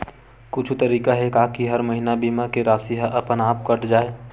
कुछु तरीका हे का कि हर महीना बीमा के राशि हा अपन आप कत जाय?